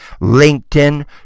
LinkedIn